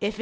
if